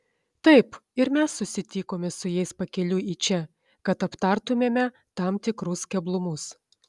taip ir mes susitikome su jais pakeliui į čia kad aptartumėme tam tikrus keblumus